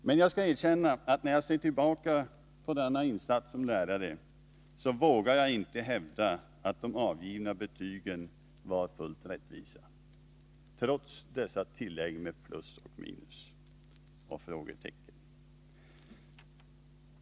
Men jag skall erkänna att, när jag ser tillbaka på denna insats som lärare, vågar jag inte hävda att de avgivna betygen var fullt rättvisa, trots dessa tillägg med plus, minus och frågetecken.